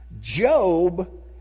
Job